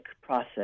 process